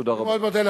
תודה רבה.